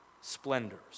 splendors